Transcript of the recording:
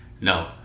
No